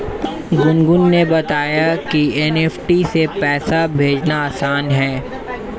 गुनगुन ने बताया कि एन.ई.एफ़.टी से पैसा भेजना आसान है